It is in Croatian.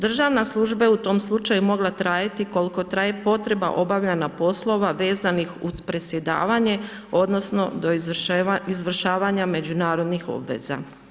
Državna služba je u tom slučaju mogla trajati koliko traje potreba obavljanja poslova vezanih uz predsjedavanje odnosno do izvršavanja međunarodnih obveza.